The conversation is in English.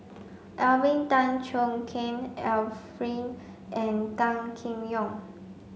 Alvin Tan Cheong Kheng Arifin and Gan Kim Yong